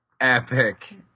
epic